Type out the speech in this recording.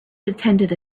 attended